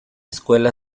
escuela